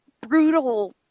brutal